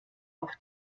auf